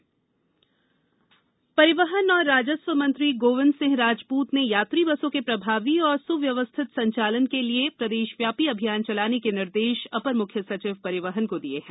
परिवहन परिवहन एवं राजस्व मंत्री श्री गोविंद सिंह राजपूत ने यात्री बसों के प्रभावी और सुव्यवस्थित संचालन के लिये प्रदेशव्यापी अभियान चलाने के निर्देश अपर मुख्य सचिव परिवहन को दिये हैं